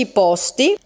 posti